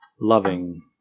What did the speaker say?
Loving